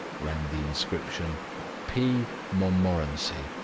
ran the inscription p. montmorency,